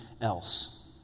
else